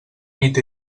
nit